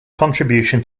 contribution